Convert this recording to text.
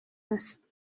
است